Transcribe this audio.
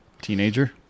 teenager